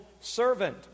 servant